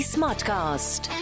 Smartcast